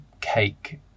cake